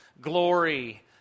glory